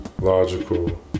logical